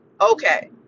okay